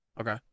Okay